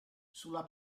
sulla